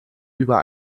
über